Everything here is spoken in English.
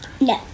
No